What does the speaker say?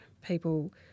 people